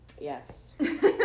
Yes